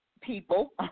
people